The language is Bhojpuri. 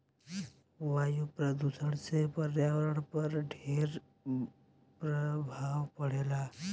वायु प्रदूषण से पर्यावरण पर ढेर प्रभाव पड़ेला